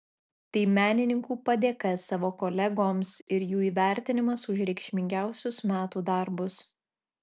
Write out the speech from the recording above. tai menininkų padėka savo kolegoms ir jų įvertinimas už reikšmingiausius metų darbus